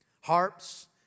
harps